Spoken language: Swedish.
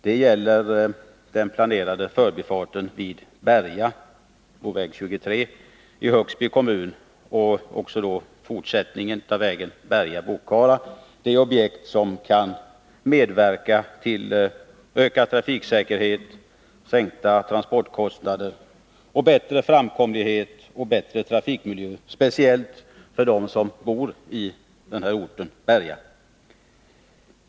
Det gäller den planerade förbifarten vid Berga på väg 23 i Högsby kommun och fortsättningen av vägen Berga-Bockara. Det är objekt som kan medverka till ökad trafiksäkerhet, sänkta transportkostnader, bättre framkomlighet och bättre trafikmiljö, speciellt för dem som bor i Berga.